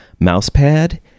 Mousepad